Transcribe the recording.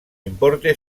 importe